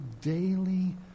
daily